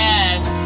Yes